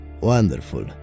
wonderful